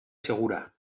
segura